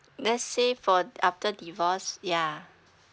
let's say for after divorce yeah